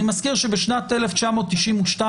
אני מזכיר שבשנת 1992,